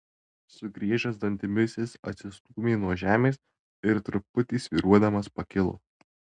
sugriežęs dantimis jis atsistūmė nuo žemės ir truputį svyruodamas pakilo